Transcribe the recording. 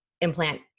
implant